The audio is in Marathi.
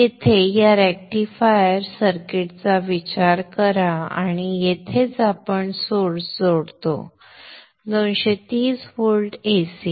येथे या रेक्टिफायर सर्किटचा विचार करा आणि येथेच आपण सोर्स जोडतो 230 व्होल्ट AC